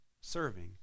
serving